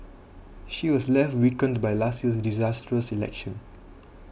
she was left weakened by last year's disastrous election